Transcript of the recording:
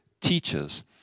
teachers